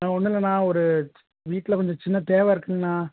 ஆ ஒன்றும் இல்லைண்ணா ஒரு வீட்டில் கொஞ்சம் சின்ன தேவை இருக்குங்கண்ணா